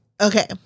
Okay